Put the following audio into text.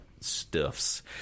stuffs